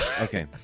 Okay